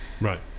Right